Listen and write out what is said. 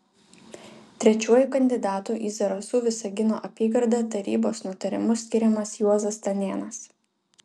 trečiuoju kandidatu į zarasų visagino apygardą tarybos nutarimu skiriamas juozas stanėnas